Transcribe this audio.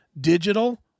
digital